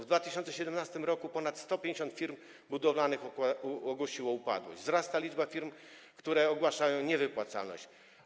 W 2017 r. ponad 150 firm budowlanych ogłosiło upadłość, wzrasta liczba firm, które ogłaszają niewypłacalność.